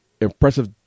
impressive